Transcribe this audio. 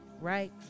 right